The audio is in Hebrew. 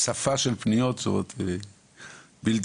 הצפה של פניות, באמת.